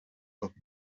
but